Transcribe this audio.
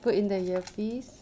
put in the earpiece